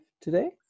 today